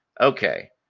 Okay